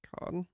God